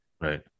Right